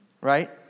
right